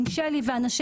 עם שלי ואנשיה,